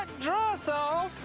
dress off